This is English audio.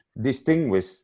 distinguish